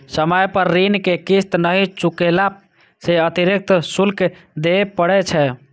समय पर ऋण के किस्त नहि चुकेला सं अतिरिक्त शुल्क देबय पड़ै छै